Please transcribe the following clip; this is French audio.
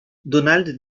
donald